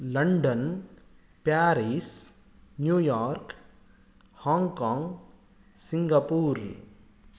London Paris New York Hong Kong Singapore